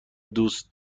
دوست